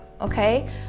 okay